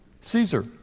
Caesar